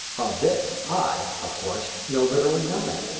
this i, of course, know literally nothing,